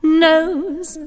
knows